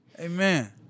Amen